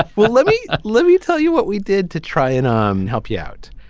well let me ah let me tell you what we did to try and um help you out.